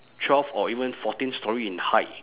twelve or even fourteen storey in height